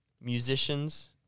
musicians